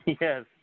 Yes